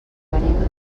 venim